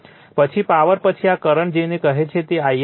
પછી પાવર પછી આ કરંટ જેને કહે છે તે IL છે